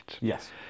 Yes